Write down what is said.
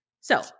So-